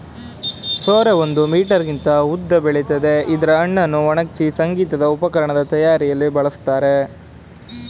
ಸೋರೆ ಒಂದು ಮೀಟರ್ಗಿಂತ ಉದ್ದ ಬೆಳಿತದೆ ಇದ್ರ ಹಣ್ಣನ್ನು ಒಣಗ್ಸಿ ಸಂಗೀತ ಉಪಕರಣದ್ ತಯಾರಿಯಲ್ಲಿ ಬಳಸ್ತಾರೆ